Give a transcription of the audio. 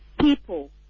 people